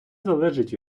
залежить